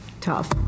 tough